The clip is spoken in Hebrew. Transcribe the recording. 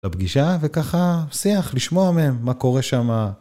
בפגישה וככה שיח, לשמוע מהם מה קורה שמה.